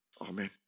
Amen